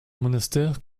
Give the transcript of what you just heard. monastère